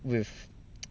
with